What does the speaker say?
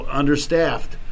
understaffed